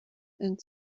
and